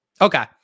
Okay